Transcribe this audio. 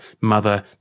mother